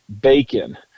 bacon